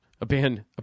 Abandon